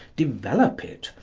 develop it.